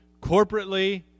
corporately